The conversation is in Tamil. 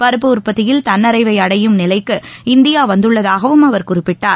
பருப்பு உற்பத்தியில் தன்னிறைவைஅடையும் நிலைக்கு இந்தியாவந்துள்ளதாகவும் அவர் குறிப்பிட்டார்